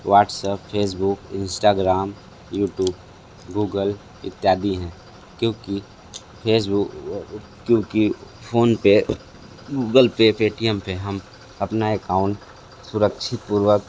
WhatsApp Facebook Instagram YouTube Google इत्यादि हैं क्योंकि फेसबुक क्योंकि फ़ोनपे गूगल पे पेटीएम पर हम अपना एकाउंट सुरक्षा पूर्वक